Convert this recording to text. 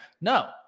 No